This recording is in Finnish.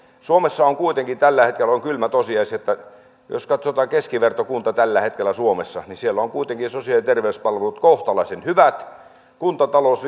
suomessa kuitenkin tällä hetkellä on kylmä tosiasia että jos katsotaan keskivertokunta tällä hetkellä suomessa niin siellä ovat kuitenkin sosiaali ja terveyspalvelut kohtalaisen hyvät kuntatalous